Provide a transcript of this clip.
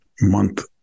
month